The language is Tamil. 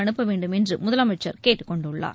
அனுப்ப வேண்டும் என்று முதலமைச்சர் கேட்டுக்கொண்டுள்ளார்